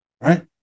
Right